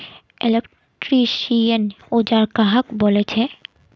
Electrician औजार कहाक बोले छे?